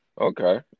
Okay